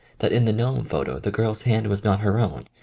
that in the gnome photo the girl's hand was not her own,